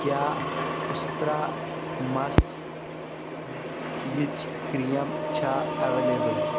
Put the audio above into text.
کیاہ اُسترا مَس یِچ کریٖم چھا ایویلیبٕل